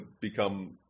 become